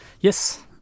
Yes